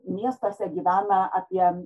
miestuose gyvena apie